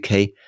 UK